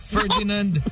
Ferdinand